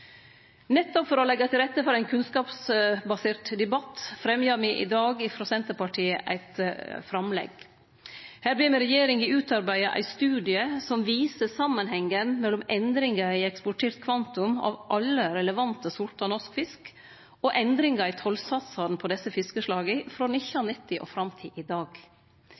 Nettopp for å leggje til rette for ein kunnskapsbasert debatt fremjar me i dag frå Senterpartiet eit framlegg. Her ber me regjeringa utarbeide ein studie som viser samanhengen mellom endringar i eksportert kvantum av alle relevante sortar norsk fisk og endringar i tollsatsane på desse fiskeslaga, frå 1990 og fram til i dag.